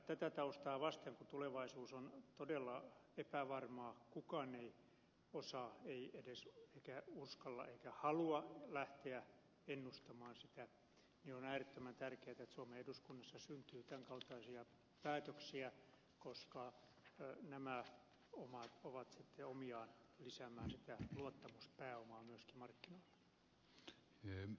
tätä taustaa vasten kun tulevaisuus on todella epävarmaa kukaan ei osaa eikä uskalla eikä halua lähteä ennustamaan sitä on äärettömän tärkeätä että suomen eduskunnassa syntyy tämän kaltaisia päätöksiä koska nämä ovat sitten omiaan lisäämään sitä luottamuspääomaa myöskin markkinoille